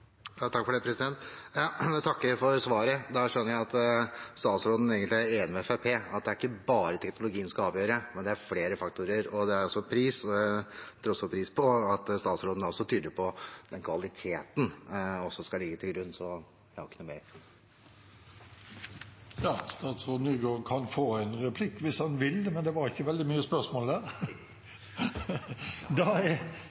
Jeg takker for svaret. Da skjønner jeg at statsråden egentlig er enig med Fremskrittspartiet i at det er ikke bare teknologien som skal avgjøre, men at det også er flere faktorer, som pris. Jeg setter også pris på at statsråden er så tydelig på den kvaliteten vi også skal legge til grunn, så jeg har ikke noe mer. Statsråd Nygård kan få en replikk hvis han vil, men det var ikke veldig mye spørsmål der. Vi går til neste replikant. Det er